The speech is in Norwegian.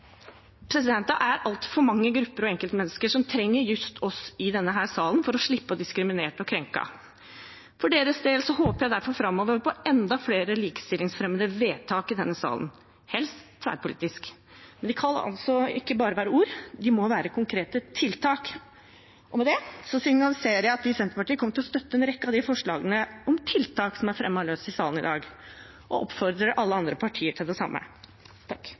Det er altfor mange grupper og enkeltmennesker som trenger just oss i denne salen for å slippe å bli diskriminert og krenket. For deres del håper jeg derfor framover på enda flere likestillingsfremmende vedtak i denne salen, helst tverrpolitisk. Men det kan altså ikke være bare ord, det må være konkrete tiltak. Med dette signaliserer jeg at vi i Senterpartiet kommer til å støtte en rekke av de løse forslagene til tiltak som er fremmet i salen i dag, og oppfordrer alle andre partier til det samme.